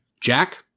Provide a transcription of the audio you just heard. Jack